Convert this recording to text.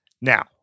Now